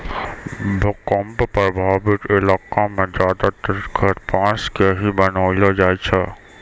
भूकंप प्रभावित इलाका मॅ ज्यादातर घर बांस के ही बनैलो जाय छै